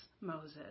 Moses